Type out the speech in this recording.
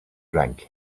drank